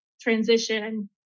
transition